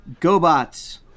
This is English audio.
Gobots